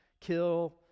kill